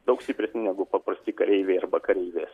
daug stipresni negu paprasti kareiviai arba kareivės